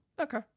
Okay